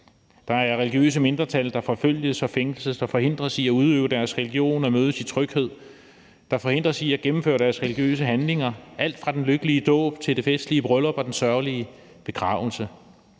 Der er religiøse mindretal, der forfølges og fængsles og forhindres i at udøve deres religion og mødes i tryghed; der forhindres i at gennemføre deres religiøse handlinger. Det gælder alt fra den lykkelige dåb til det festlige bryllup og den sørgelige begravelse.